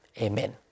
Amen